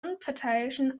unparteiischen